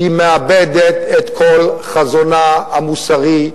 היא מאבדת את כל חזונה המוסרי,